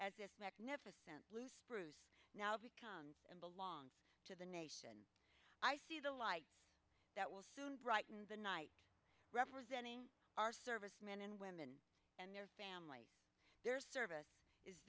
as this magnificent blue spruce now becomes and belongs to the nation i see the light that will soon brighten the night representing our servicemen and women and their family their service is